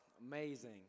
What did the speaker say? amazing